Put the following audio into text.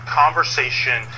conversation